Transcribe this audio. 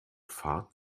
fahrt